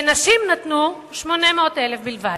לנשים נתנו 800,000 בלבד.